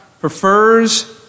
prefers